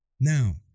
Now